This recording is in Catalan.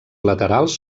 laterals